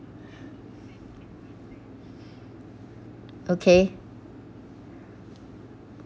okay